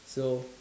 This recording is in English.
so